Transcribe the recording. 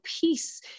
peace